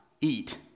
eat